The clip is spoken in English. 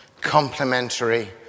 complementary